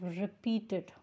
repeated